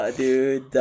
dude